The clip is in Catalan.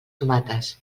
tomates